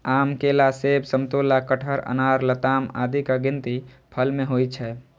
आम, केला, सेब, समतोला, कटहर, अनार, लताम आदिक गिनती फल मे होइ छै